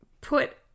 put